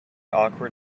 awkward